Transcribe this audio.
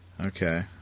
Okay